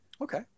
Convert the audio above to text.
okay